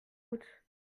route